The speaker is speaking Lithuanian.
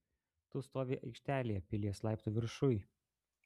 tu stovi aikštelėje pilies laiptų viršuj